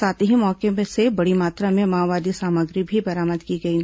साथ ही मौके से बड़ी मात्रा में माओवादी सामग्री भी बरामद की गई है